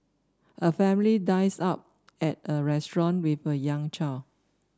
a family dines out at a restaurant with a young child